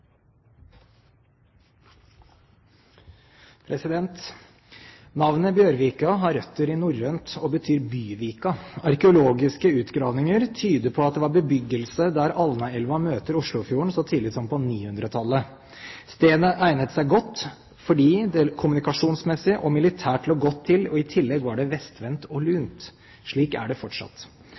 Navnet Bjørvika har røtter i norrønt og betyr byvika. Arkeologiske utgravinger tyder på at det var bebyggelse der Alnaelva møter Oslofjorden så tidlig som på 900-tallet. Stedet egnet seg godt, fordi det kommunikasjonsmessig og militært lå godt til, og i tillegg var det vestvendt og lunt. Slik er det fortsatt.